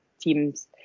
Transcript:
teams